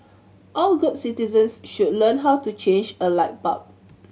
all good citizens should learn how to change a light bulb